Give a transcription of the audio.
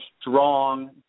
strong